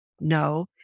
No